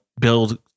build